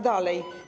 Dalej.